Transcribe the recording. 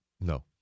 No